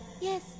Yes